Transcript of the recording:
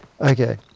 Okay